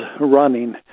running